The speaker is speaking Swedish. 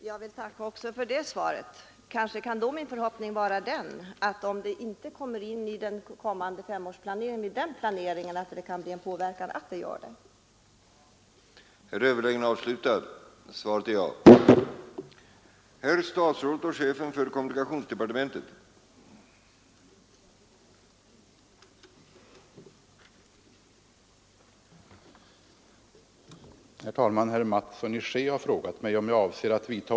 Herr talman! Jag vill tacka också för det svaret. Kanske kan då min förhoppning vara att, om bron inte kommer in i den kommande femårsplaneringen, det kan bli en påverkan så att bron blir verklighet.